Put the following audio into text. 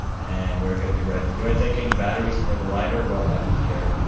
and we're gonna be ready do i take any batteries for the lighter? well? i don't care.